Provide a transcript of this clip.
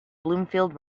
bloomfield